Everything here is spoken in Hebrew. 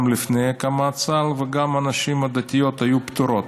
גם לפני הקמת צה"ל, וגם הנשים הדתיות היו פטורות.